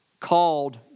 called